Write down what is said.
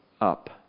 up